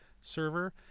server